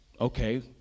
okay